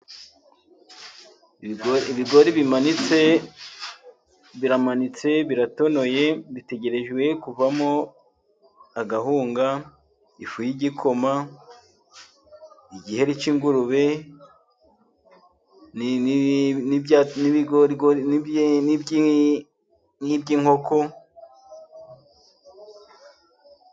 Ibigori bimanitse, biramanitse, biratonoye, bitegerejwe kuvamo agahunga ifu y'igikoma, igiheri cy'ingurube, n'iby'inkoko.